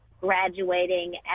graduating